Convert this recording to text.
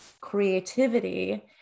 Creativity